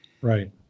Right